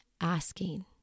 asking